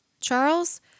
Charles